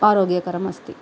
आरोग्यकरम् अस्ति